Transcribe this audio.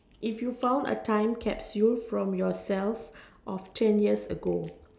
if you found a time capsule from yourself of ten years ago